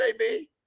JB